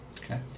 Okay